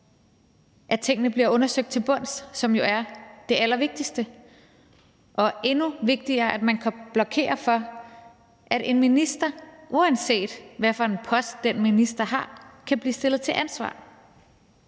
at tingene bliver undersøgt til bunds. Og endnu vigtigere er det, at man kan blokere for, at en minister, uanset hvad for en post den minister har, kan blive stillet til ansvar.